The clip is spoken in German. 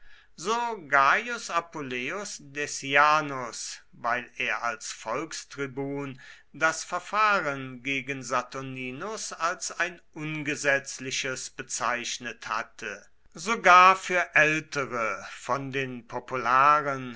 so gaius appuleius decianus weil er als volkstribun das verfahren gegen saturninus als ein ungesetzliches bezeichnet hatte sogar für ältere von den